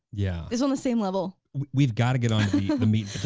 yeah. it's on the same level. we've got to get on the meat